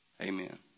Amen